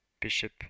bishop